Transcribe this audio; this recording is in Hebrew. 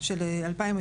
של 2022